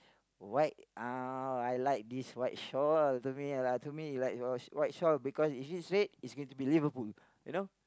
white uh I like this white shorts to me lah to me like white white shorts because if it's red it's going to be Liverpool you know